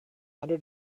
hundred